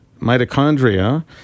Mitochondria